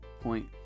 point